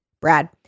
Brad